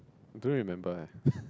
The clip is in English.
don't remember eh